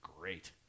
Great